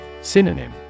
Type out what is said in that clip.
Synonym